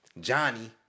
Johnny